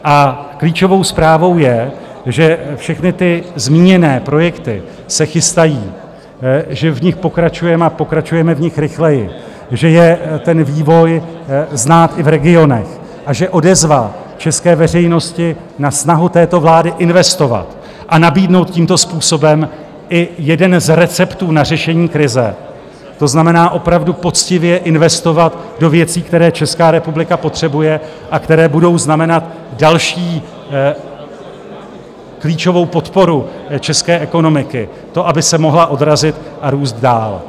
A klíčovou zprávou je, že všechny ty zmíněné projekty se chystají, že v nich pokračujeme, a pokračujeme v nich rychleji, že je ten vývoj znát i v regionech a že odezva české veřejnosti na snahu této vlády investovat a nabídnout tímto způsobem i jeden z receptů na řešení krize, to znamená opravdu poctivě investovat do věcí, které Česká republika potřebuje a které budou znamenat další klíčovou podporu české ekonomiky, to, aby se mohla odrazit a růst dál.